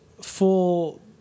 full